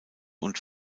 und